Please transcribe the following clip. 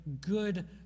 good